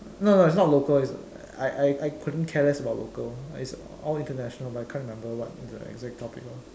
no no no it's not local it's I I I couldn't care less about local it's all international but I can't remember what the exact topic was